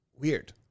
Weird